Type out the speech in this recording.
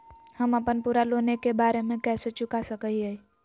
हम अपन पूरा लोन एके बार में कैसे चुका सकई हियई?